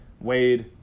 Wade